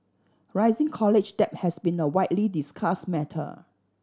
rising college debt has been a widely discussed matter